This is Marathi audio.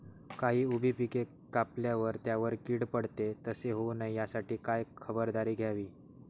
काही उभी पिके कापल्यावर त्यावर कीड पडते, तसे होऊ नये यासाठी काय खबरदारी घ्यावी?